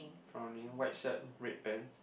frowning white shirt red pants